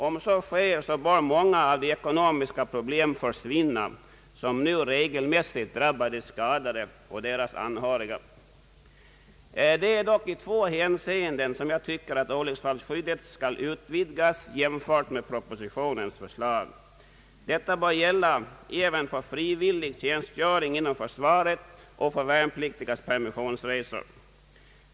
Om så sker bör många av de ekonomiska problem som nu regelmässigt drabbar de skadade och deras anhöriga försvinna. Det är dock i två avseenden som jag tycker att olycksfallsskyddet skall utvidgas, jämfört med propositionens förslag. Olycksfallsskyddet bör gälla även för frivillig tjänstgöring inom försvaret och för värnpliktigas permissionsresor.